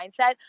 mindset